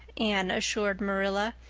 anne assured marilla.